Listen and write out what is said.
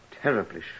terribly